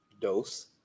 Dose